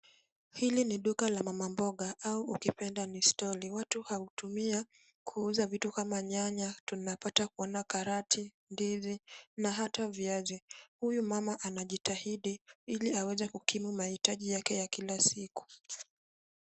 Hili ni duka la mama mboga au ukipenda ni stoli. Watu hutumia kuuza vitu kama nyanya, tunapata kuona karati, ndizi na hata viazi. Huyu mama anajitahidi ili aweze kukimu mahitaji yake ya kila siku.